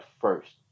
first